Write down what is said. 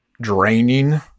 draining